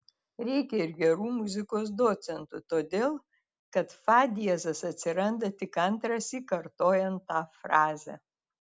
reikia ir gerų muzikos docentų todėl kad fa diezas atsiranda tik antrąsyk kartojant tą frazę